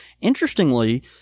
Interestingly